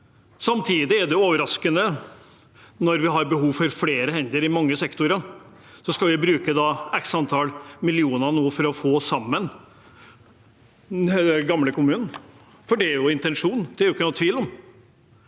Samtidig er det overraskende at vi nå, når vi har behov for flere hender i mange sektorer, skal bruke x antall millioner for å få de samme gamle kommunene. For det er jo intensjonen, det er det ikke noen tvil om.